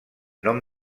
nom